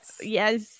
Yes